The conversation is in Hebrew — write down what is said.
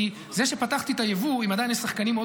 כי זה שפתחתי את היבוא אם עדיין יש שחקנים מאוד